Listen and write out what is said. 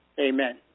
Amen